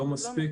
לא מספיק,